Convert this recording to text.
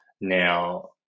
Now